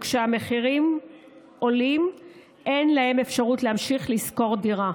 וכשהמחירים עולים אין להם אפשרות להמשיך לשכור דירה.